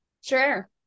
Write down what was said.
Sure